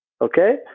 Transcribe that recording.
Okay